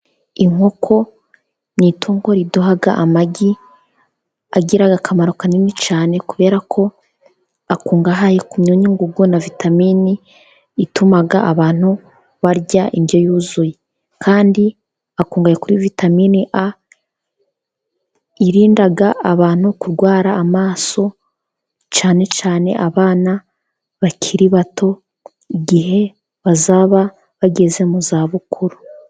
Inkoko ni itungo riduha amagi, agira akamaro kanini cyane kubera ko, akungahaye ku myunyu ngugu na vitamini, ituma abantu barya indyo yuzuye. Kandi akungahaye kuri vitaminini A . Irinda abantu kurwara amaso cyane cyane abana bakiri bato, igihe bazaba bageze mu za bukuru.